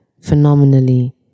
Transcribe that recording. phenomenally